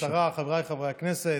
גברתי השרה, חבריי חברי הכנסת,